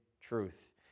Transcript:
truth